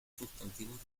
sustantivos